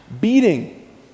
beating